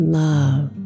love